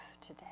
today